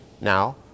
now